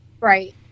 Right